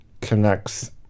connects